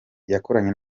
yakoranye